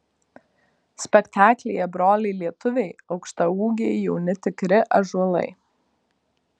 spektaklyje broliai lietuviai aukštaūgiai jauni tikri ąžuolai